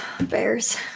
Bears